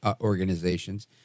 organizations